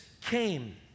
came